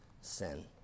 sin